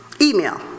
Email